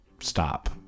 stop